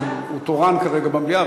שהוא תורן כרגע במליאה,